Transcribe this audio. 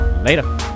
Later